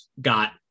got